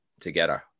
together